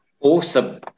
Awesome